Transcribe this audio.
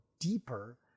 deeper